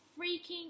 freaking